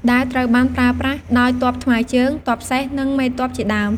ដាវត្រូវបានប្រើប្រាស់ដោយទ័ពថ្មើរជើង ទ័ពសេះ និងមេទ័ពជាដើម។